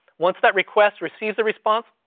once that request receives a response,